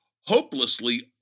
hopelessly